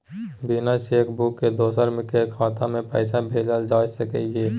बिना cheque book के दोसर के खाता में पैसा भेजल जा सकै ये?